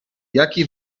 jaki